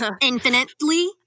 infinitely